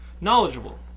knowledgeable